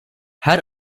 her